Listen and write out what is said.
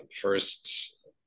First